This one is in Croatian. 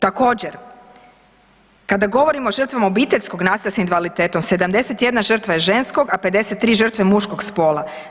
Također, kada govorimo o žrtvama obiteljskog nasilja s invaliditetom 71 žrtva je ženskog, a 53 žrtve muškog spola.